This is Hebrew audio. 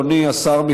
אדוני השר,